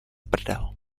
prdel